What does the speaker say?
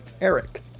Eric